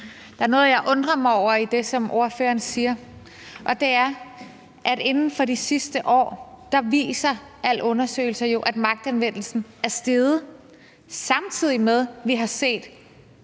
Der er noget, jeg undrer mig over i det, som ordføreren siger, og det er jo, at alle undersøgelser inden for de sidste år viser, at magtanvendelsen er steget, samtidig med at vi har set